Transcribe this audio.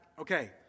Okay